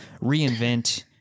reinvent